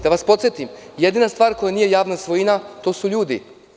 Da vas podsetim, jedina stvar koja nije javna svojina to su ljudi.